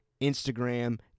Instagram